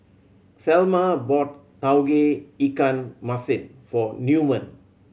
Selma bought Tauge Ikan Masin for Newman